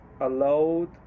allowed